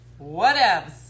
Whatevs